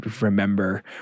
remember